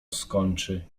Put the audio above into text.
skończy